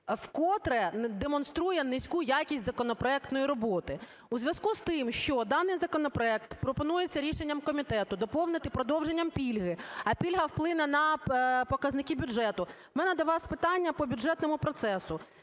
вкотре демонструє низьку якість законопроектної роботи. У зв'язку з тим, що даний законопроект пропонується рішенням комітету доповнити продовженням пільги, а пільга вплине на показники бюджету, у мене до вас питання по бюджетному процесу.